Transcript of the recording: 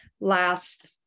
last